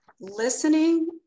listening